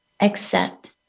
accept